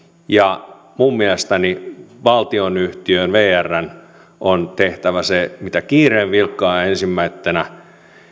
ja minun mielestäni valtionyhtiön vrn on tehtävä se kiireen vilkkaa ensimmäisenä